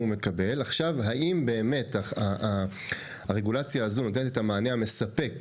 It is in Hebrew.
האם באמת הרגולציה הזו נותנת את המענה המספק